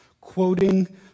Quoting